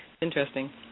interesting